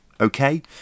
okay